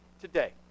today